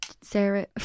Sarah